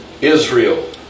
Israel